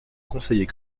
conseiller